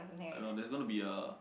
I don't know there's gonna be a